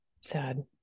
sad